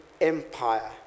Empire